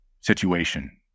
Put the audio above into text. situation